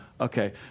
Okay